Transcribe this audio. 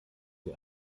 sie